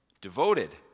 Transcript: Devoted